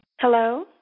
Hello